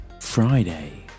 friday